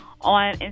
on